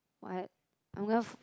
what I'm gonna f~